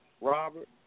Robert